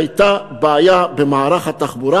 הייתה בעיה במערך התחבורה.